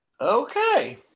Okay